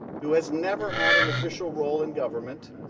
who has never had an official role in government,